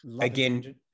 again